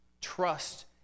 Trust